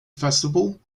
festival